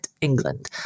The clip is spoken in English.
England